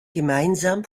gemeinsam